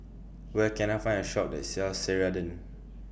Where Can I Find A Shop that sells Ceradan